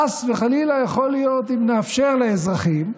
חס וחלילה, יכול להיות, אם נאפשר לאזרחים,